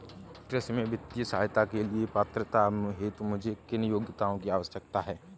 कृषि में वित्तीय सहायता के लिए पात्रता हेतु मुझे किन योग्यताओं की आवश्यकता है?